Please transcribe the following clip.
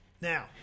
Now